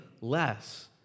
less